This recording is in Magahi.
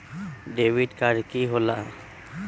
डेबिट काड की होला?